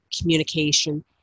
communication